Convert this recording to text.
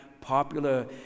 popular